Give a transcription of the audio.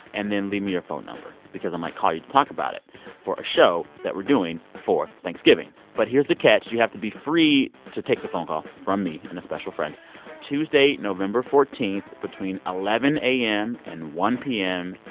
and then leave me your phone number because i might call you to talk about it for a show that we're doing for thanksgiving but here's the catch. you have to be free to take the phone call from me and a special friend tuesday, november fourteen between eleven a m. and one p m.